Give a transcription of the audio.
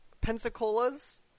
Pensacola's